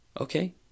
Okay